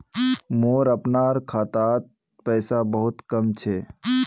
मोर अपनार खातात पैसा बहुत कम छ